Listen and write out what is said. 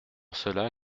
cela